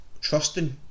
trusting